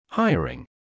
Hiring